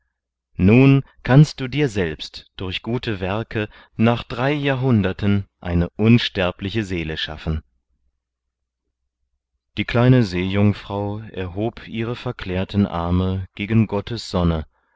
nun kannst du dir selbst durch gute werke nach drei jahrhunderten eine unsterbliche seele schaffen die kleine seejungfrau erhob ihre verklärten arme gegen gottes sonne